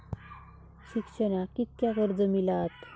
शिक्षणाक कीतक्या कर्ज मिलात?